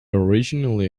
originally